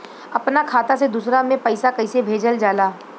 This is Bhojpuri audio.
अपना खाता से दूसरा में पैसा कईसे भेजल जाला?